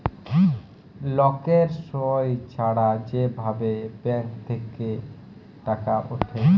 লকের সই ছাড়া যে ভাবে ব্যাঙ্ক থেক্যে টাকা উঠে